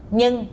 nhưng